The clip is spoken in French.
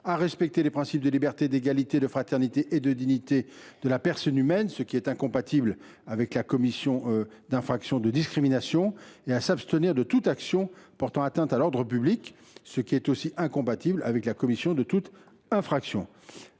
« respecter les principes de liberté, d’égalité, de fraternité et de dignité de la personne humaine », ce qui est incompatible avec la commission d’infractions de discrimination, et à « s’abstenir de toute action portant atteinte à l’ordre public », ce qui est aussi incompatible avec la commission de toute infraction.